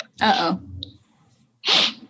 Uh-oh